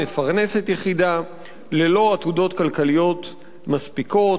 מפרנסת יחידה ללא עתודות כלכליות מספיקות.